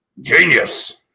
Genius